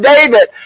David